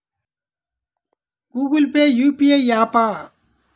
Google Pay UPI య్యాపా?